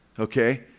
okay